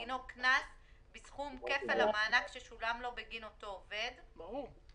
דינו קנס בסכום כפל המענק ששולם לו בגין אותו העובד." ברור.